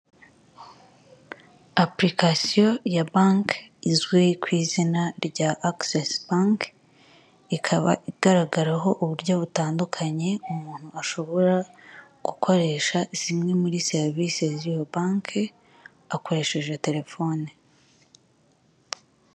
Winjije Faburice Hakuzimana ufite nimero zeru karindwi umunani mirongo itandatu na gatanu, makumya na gatandatu, mirongo inani n'umunani, gatatu amafaranga igihumbi ikiguzi cy'amafaranga makumyabiri, kwemeza injiza umubare w'ibanga.